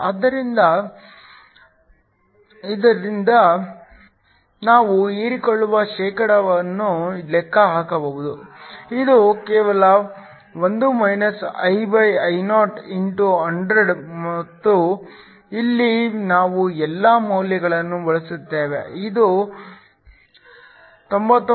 ಆದ್ದರಿಂದ ಇದರಿಂದ ನಾವು ಹೀರಿಕೊಳ್ಳುವ ಶೇಕಡಾವನ್ನು ಲೆಕ್ಕ ಹಾಕಬಹುದು ಇದು ಕೇವಲ 1− II o ∗ 100 ಮತ್ತುಇಲ್ಲಿ ನಾವು ಎಲ್ಲಾ ಮೌಲ್ಯಗಳನ್ನು ಬದಲಿಸುತ್ತೇವೆ ಇದು 99